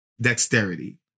dexterity